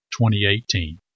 2018